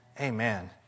Amen